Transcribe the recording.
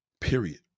period